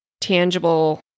tangible